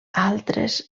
altres